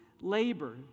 labor